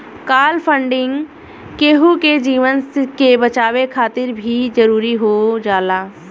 काल funding केहु के जीवन के बचावे खातिर भी जरुरी हो जाला